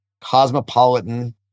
cosmopolitan